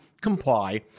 comply